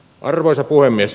arvoisa puhemies